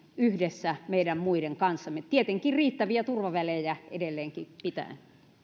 yhdessä meidän muiden kanssa turvallisemmaksi tietenkin riittäviä turvavälejä edelleenkin pitäen